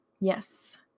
Yes